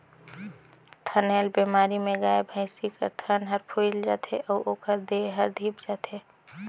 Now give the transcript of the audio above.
थनैल बेमारी में गाय, भइसी कर थन हर फुइल जाथे अउ ओखर देह हर धिप जाथे